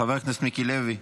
חבר הכנסת מיקי לוי.